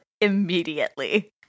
immediately